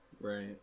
Right